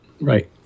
Right